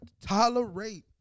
tolerate